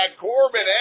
Corbin